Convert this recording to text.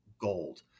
gold